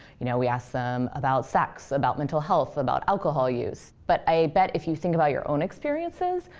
you know we ask them about sex, about mental health, about alcohol use. but i bet, if you think about your own experiences,